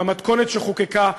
במתכונת שחוקקה,